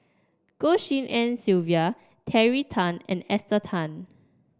Goh Tshin En Sylvia Terry Tan and Esther Tan